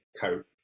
coat